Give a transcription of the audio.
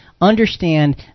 understand